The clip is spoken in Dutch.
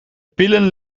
pillen